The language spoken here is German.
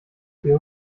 viel